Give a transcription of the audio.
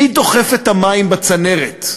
מי דוחף את המים בצנרת?